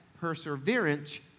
perseverance